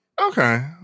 Okay